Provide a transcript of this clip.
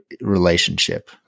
relationship